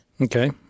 okay